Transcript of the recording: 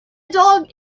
dog